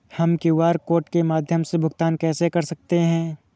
हम QR code के माध्यम से भुगतान कैसे कर सकते हैं?